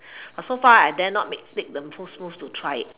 so far I dare not make make the first move to try it